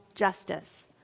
justice